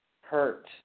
hurt